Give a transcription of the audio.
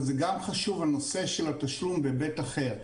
אבל זה גם חשוב הנושא של התשלום בהיבט אחר,